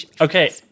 Okay